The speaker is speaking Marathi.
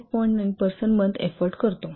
9 पर्सन मंथ एफोर्ट करतो